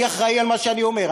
אני אחראי למה שאני אומר.